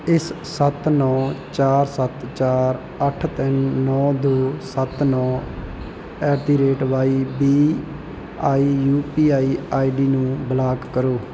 ਇਸ ਸੱਤ ਨੌਂ ਚਾਰ ਸੱਤ ਚਾਰ ਅੱਠ ਤਿੰਨ ਨੌਂ ਦੋ ਸੱਤ ਨੌਂ at the rate Y B I U P I I D ਨੂੰ ਬਲਾਕ ਕਰੋ